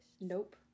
nope